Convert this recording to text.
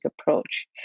approach